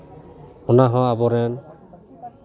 ᱚᱱᱟᱦᱚᱸ ᱟᱵᱚ ᱨᱮᱱ